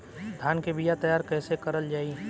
धान के बीया तैयार कैसे करल जाई?